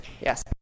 Yes